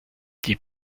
die